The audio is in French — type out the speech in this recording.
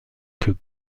que